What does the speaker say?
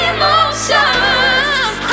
Emotions